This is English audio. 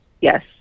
yes